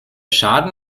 schaden